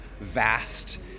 vast